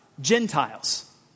Gentiles